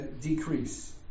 decrease